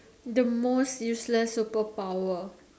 the most useless superpower